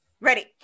Ready